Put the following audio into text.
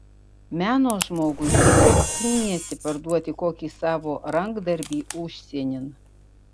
meno žmogui tiesiog knieti parduoti kokį savo rankdarbį užsienin